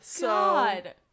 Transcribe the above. god